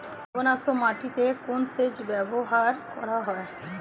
লবণাক্ত মাটিতে কোন সেচ ব্যবহার করা হয়?